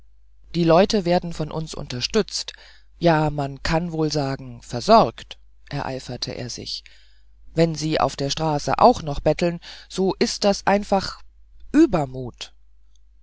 die leute werden von uns unterstützt ja man kann wohl sagen versorgt eiferte er wenn sie auf der straße auch noch betteln so ist das einfach übermut